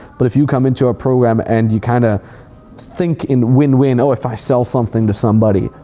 but if you come into our program and you kind of think in win-win, oh, if i sell something to somebody,